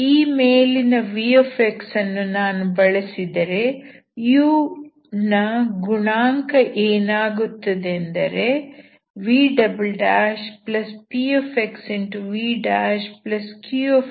ಈ ಮೇಲಿನ v ಅನ್ನು ನಾನು ಬಳಸಿದರೆ u ನ ಗುಣಾಂಕ ಏನಾಗುತ್ತದೆ ಎಂದರೆ vpxvqvvx34x 52 12x